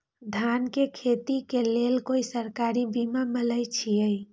धान के खेती के लेल कोइ सरकारी बीमा मलैछई?